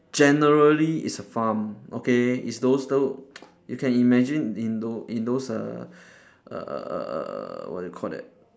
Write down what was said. generally it's a farm okay it's those tho~ you can imagine in tho~ in those err err err err err what do you call that